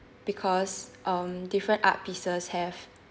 because um different art pieces have